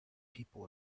people